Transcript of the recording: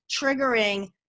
triggering